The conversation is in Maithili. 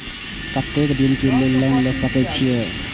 केते दिन के लिए लोन ले सके छिए?